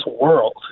world